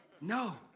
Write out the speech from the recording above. No